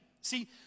see